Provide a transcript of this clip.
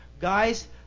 guys